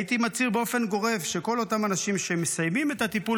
הייתי מצהיר באופן גורף שכל אותם אנשים שמסיימים את הטיפול